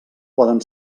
poden